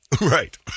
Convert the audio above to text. Right